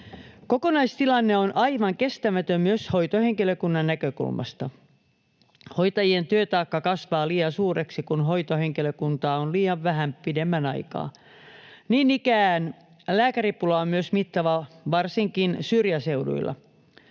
Kokonaistilanne on aivan kestämätön myös hoitohenkilökunnan näkökulmasta. Hoitajien työtaakka kasvaa liian suureksi, kun hoitohenkilökuntaa on pidemmän aikaa liian vähän. Niin ikään myös lääkäripula on mittava, varsinkin syrjäseuduilla.